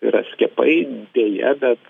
yra skiepai deja bet